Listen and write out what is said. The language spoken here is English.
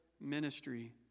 ministry